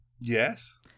Yes